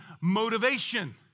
motivation